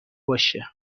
باشه